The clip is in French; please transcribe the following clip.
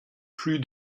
plus